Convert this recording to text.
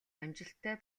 амжилттай